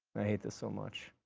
i hate this so much.